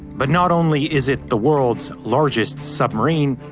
but not only is it the world's largest submarine,